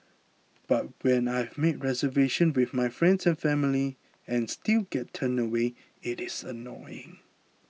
but when I have made reservations with my friends and family and still get turned away it is annoying